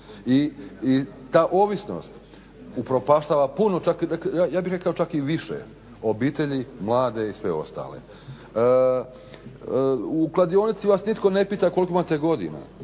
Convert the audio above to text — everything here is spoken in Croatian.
I ta ovisnost upropaštava puno ja bih rekao čak i više obitelji, mlade i sve ostale. U kladionici vas nitko ne pita koliko imate godina.